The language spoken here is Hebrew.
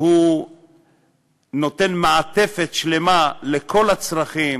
והוא נותן מעטפת שלמה לכל הצרכים,